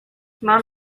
mom